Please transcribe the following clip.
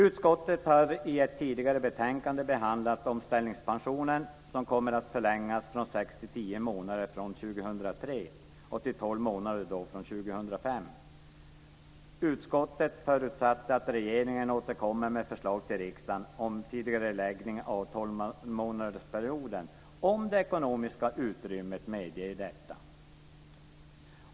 Utskottet har i ett tidigare betänkande behandlat omställningspensionen, som kommer att förlängas från sex till tio månader från 2003 och till tolv månader från 2005. Utskottet förutsätter att regeringen återkommer med förslag till riksdagen om en tidigareläggning av tolvmånadersperioden om det ekonomiska utrymmet medger detta.